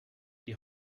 die